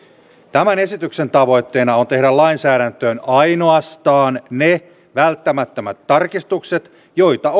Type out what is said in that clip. tämän esityksen tavoitteena on tehdä lainsäädäntöön ainoastaan ne välttämättömät tarkistukset joita